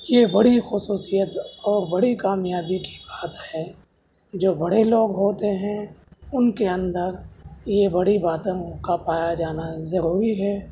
یہ بڑی خصوصیت اور بڑی کامیابی کی بات ہے جو بڑے لوگ ہوتے ہیں ان کے اندر یہ بڑی باتوں کا پایا جانا ضروری ہے